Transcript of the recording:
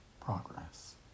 progress